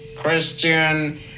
Christian